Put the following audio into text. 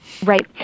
right